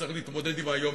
שצריך להתמודד עם היום-יום.